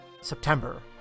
September